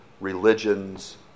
religions